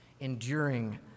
enduring